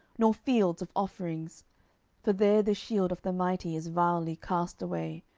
nor fields of offerings for there the shield of the mighty is vilely cast away,